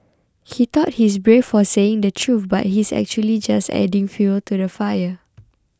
he thought he's brave for saying the truth but he's actually just adding fuel to the fire